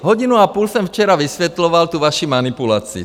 Hodinu a půl jsem včera vysvětloval tu vaši manipulaci.